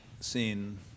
seen